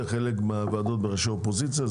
וחלק מהוועדות בראשות חברי אופוזיציה.